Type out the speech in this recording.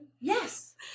Yes